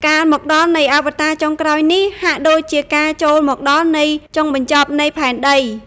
កាលមកដល់នៃអវតារចុងក្រោយនេះ ហាក់ដូចជាការចូលមកដល់នៃ ចុងបញ្ចប់នៃផែនដី។